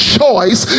choice